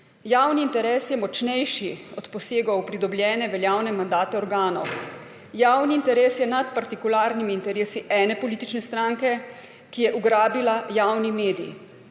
Javni interes je močnejši od posegov v pridobljene veljavne mandate organov. Javni interes je nad partikularnimi interesi ene politične stranke, ki je ugrabila javni medij.